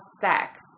sex